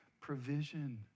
provision